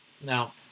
Now